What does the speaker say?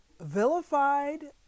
vilified